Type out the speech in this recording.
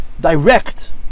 direct